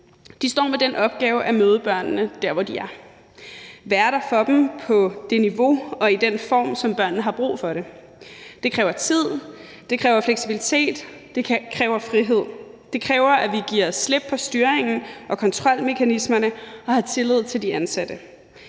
står nu med den opgave at møde børnene der, hvor de er, og være der for dem på det niveau og i den form, som børnene har brug for. Det kræver tid, det kræver fleksibilitet, det kræver frihed. Det kræver, at vi giver slip på styringen og kontrolmekanismerne og har tillid til de ansatte.